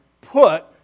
put